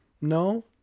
no